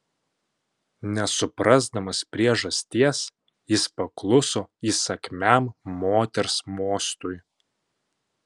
nesuprasdamas priežasties jis pakluso įsakmiam moters mostui